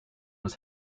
was